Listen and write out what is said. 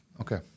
Okay